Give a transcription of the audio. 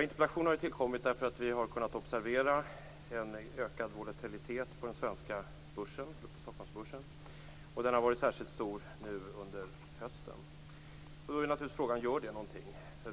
Interpellationen väcktes för att vi har kunnat observera en ökad volatilitet på den svenska börsen - Stockholmsbörsen. Den har varit särskilt stor under hösten. Gör det något?